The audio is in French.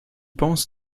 pensent